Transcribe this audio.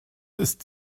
ist